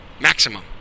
maximum